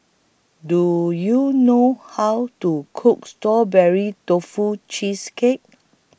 Do YOU know How to Cook Strawberry Tofu Cheesecake